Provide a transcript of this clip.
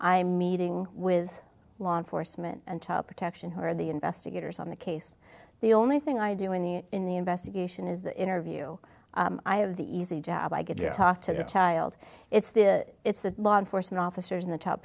i'm meeting with law enforcement and top protection her the investigators on the case the only thing i do in the in the investigation is the interview i have the easy job i get to talk to the child it's the it's the law enforcement officers in the top